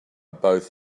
both